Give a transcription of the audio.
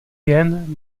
jen